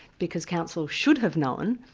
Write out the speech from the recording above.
because council should have known,